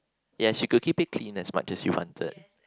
yes you could keep it clean as much as you wanted